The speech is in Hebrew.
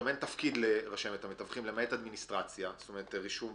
אלא גם אין תפקיד לרשמת המתווכים למעט אדמיניסטרציה של רישום.